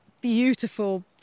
beautiful